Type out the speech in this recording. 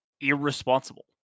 irresponsible